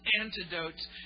antidotes